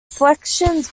selections